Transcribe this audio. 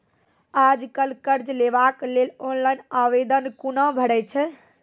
आज कल कर्ज लेवाक लेल ऑनलाइन आवेदन कूना भरै छै?